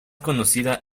conocida